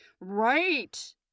Right